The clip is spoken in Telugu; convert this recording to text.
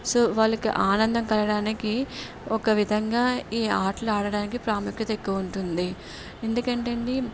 సో వాళ్ళకి ఆనందం కలగడానికి ఒక విధంగా ఈ ఆటలు ఆడడానికి ప్రాముఖ్యత ఎక్కువ ఉంటుంది ఎందుకంటే అండి